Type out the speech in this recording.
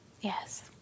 Yes